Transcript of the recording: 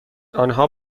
آنها